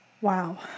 Wow